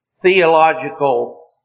theological